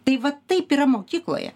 tai vat taip yra mokykloje